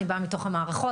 אני באה מתוך המערכות.